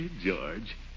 George